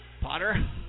Potter